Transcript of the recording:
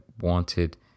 wanted